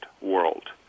world